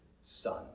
son